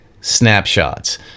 snapshots